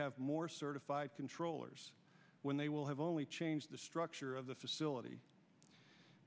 have more certified controllers when they will have only changed the structure of the facility